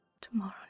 tomorrow